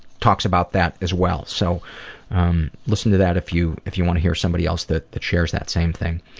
talks about that as well so listen to that if you if you want to hear somebody else that that shares that same thing.